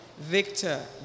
Victor